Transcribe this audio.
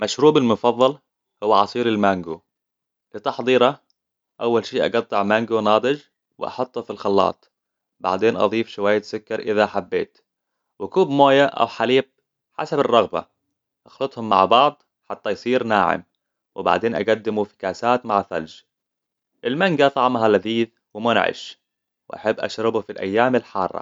مشروبي المفضل هو عصير المانجو. لتحضيره، أول شيء أقطع مانجو ناضج وأحطه في الخلاط. بعدين أضيف شوية سكر إذا حبيت، وكوب موية أو حليب حسب الرغبة. أخلطهم مع بعض حتى يصير ناعم. وبعدين أقدمه في كاسات مع ثلج. المانجا طعمها لذيذ ومنعش، وأحب أشربه في الأيام الحارة.